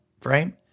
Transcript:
frame